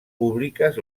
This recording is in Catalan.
públiques